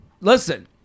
listen